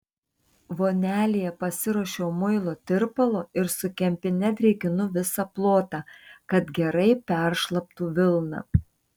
vonelėje pasiruošiau muilo tirpalo ir su kempine drėkinu visą plotą kad gerai peršlaptų vilna